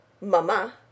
Mama